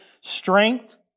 strength